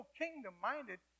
kingdom-minded